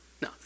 No